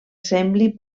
sembli